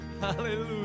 Hallelujah